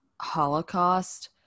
Holocaust